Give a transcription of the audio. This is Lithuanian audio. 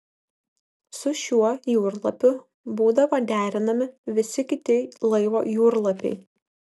su šiuo jūrlapiu būdavo derinami visi kiti laivo jūrlapiai